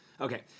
okay